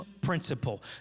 principle